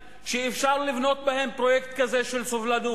יש הרבה מקומות בירושלים שאפשר לבנות בהם פרויקט כזה של סובלנות.